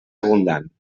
abundant